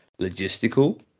logistical